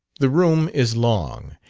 the room is long,